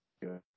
Good